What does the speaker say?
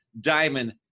Diamond